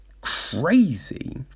crazy